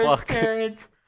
parents